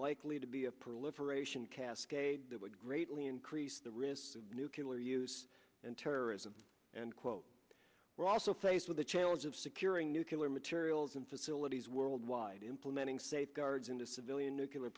likely to be a proliferation cascade that would greatly increase the risk of nucular use in terrorism and quote we're also faced with the challenge of securing nuclear materials and facilities worldwide implementing safeguards into civilian nuclear